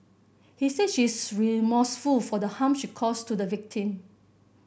he said she is remorseful for the harm she caused to the victim